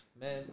man